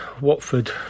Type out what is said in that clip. Watford